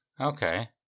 Okay